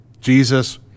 Jesus